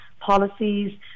policies